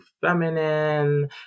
feminine